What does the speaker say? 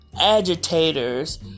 agitators